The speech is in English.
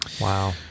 Wow